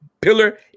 pillar